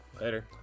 Later